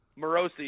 Morosi